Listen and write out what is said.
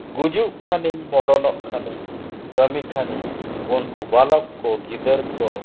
ᱜᱩᱡᱩᱜ ᱠᱷᱟᱱᱤᱧ ᱢᱚᱨᱚᱱᱚᱜ ᱠᱷᱟᱱᱤᱧ ᱠᱟᱹᱢᱤ ᱠᱷᱟᱹᱱᱤᱧ ᱩᱱᱠᱩ ᱵᱟᱞᱚᱠ ᱠᱚ ᱜᱤᱫᱟᱹᱨ ᱠᱚ